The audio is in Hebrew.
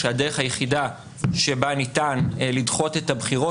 שהדרך היחידה שבה ניתן לדחות את הבחירות